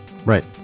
Right